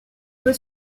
peut